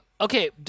Okay